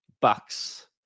Bucks